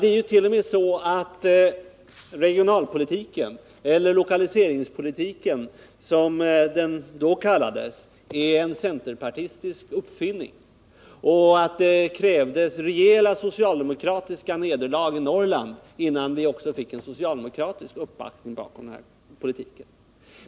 Det är t.o.m. så att regionalpolitiken eller lokaliseringspolitiken, som den kallades då, är en centerpartistisk uppfinning. Det krävdes rejäla socialdemokratiska nederlag i Norrland innan vi fick socialdemokraterna att backa upp den politiken.